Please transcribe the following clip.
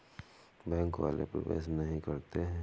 Bank वाले प्रवेश नहीं करते हैं?